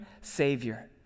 Savior